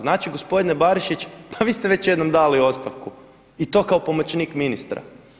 Znači gospodine Barišić pa vi ste već jednom dali ostavku i to kao pomoćnik ministra.